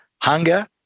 Hunger